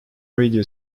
radio